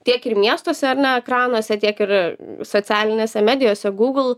tiek ir miestuose ar ne ekranuose tiek ir socialinėse medijose google